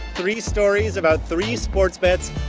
three stories about three sports bets,